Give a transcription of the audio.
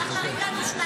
תראו בהקלטות.